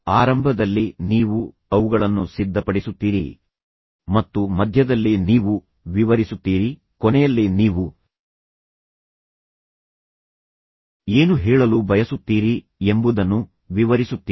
ಆರಂಭದಲ್ಲಿ ನೀವು ಅವುಗಳನ್ನು ಸಿದ್ಧಪಡಿಸುತ್ತೀರಿ ಮತ್ತು ಮಧ್ಯದಲ್ಲಿ ನೀವು ವಿವರಿಸುತ್ತೀರಿ ಕೊನೆಯಲ್ಲಿ ನೀವು ಏನು ಹೇಳಲು ಬಯಸುತ್ತೀರಿ ಎಂಬುದನ್ನು ವಿವರಿಸುತ್ತೀರಿ